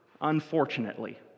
unfortunately